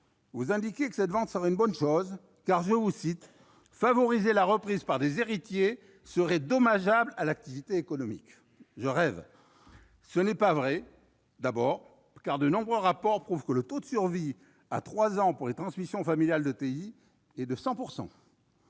Vous indiquez que cette vente sera une bonne chose, car « favoriser la reprise par des héritiers serait dommageable à l'activité économique ». Je rêve ! Ce n'est pas vrai : de nombreux rapports prouvent que le taux de survie à trois ans pour les transmissions familiales d'ETI est de 100